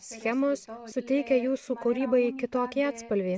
schemos suteikia jūsų kūrybai kitokį atspalvį